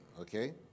okay